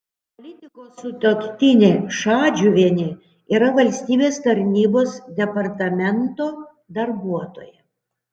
politiko sutuoktinė šadžiuvienė yra valstybės tarnybos departamento darbuotoja